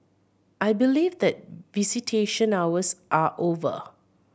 I believe that visitation hours are over